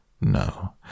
No